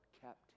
kept